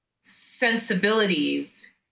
sensibilities